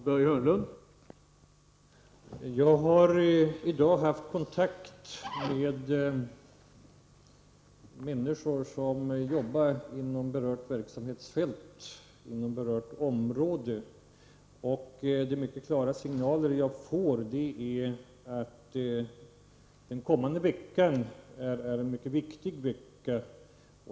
Herr talman! Jag har i dag haft kontakt med människor som jobbar inom berört verksamhetsfält inom berört område. De mycket klara signaler jag får är att den kommande veckan är en mycket viktig vecka.